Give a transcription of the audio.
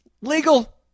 Legal